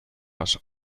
was